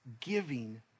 giving